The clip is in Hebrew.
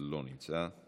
לא נמצא,